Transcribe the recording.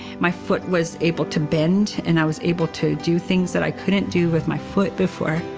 my foot was able to bend, and i was able to do things that i couldn't do with my foot before.